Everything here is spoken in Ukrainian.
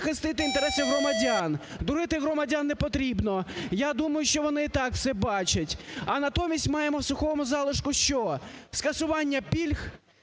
захистити інтереси громадян. Дурити громадян не потрібно, я думаю, що вони і так все бачать. А натомість маємо в сухому залишку що: скасування пільг,